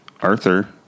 Arthur